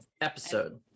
episode